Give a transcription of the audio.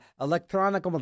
electronic